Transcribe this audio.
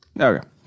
Okay